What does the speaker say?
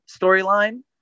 storyline